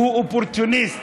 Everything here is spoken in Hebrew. הוא אופורטוניסט,